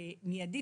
מידית,